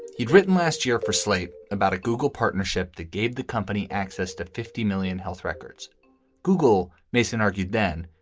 he'd written last year for slate about a google partnership that gave the company access to fifty million health records google, mason argued then,